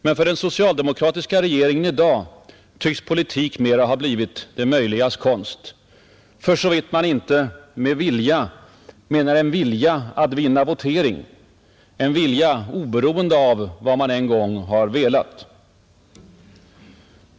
Men för den söcialdemokratiska regeringen i dag tycks politik nu ha blivit mera det möjligas konst. För så vitt man inte med ”vilja” menar en vilja att vinna en votering, en vilja oberoende av vad man en gång har velat.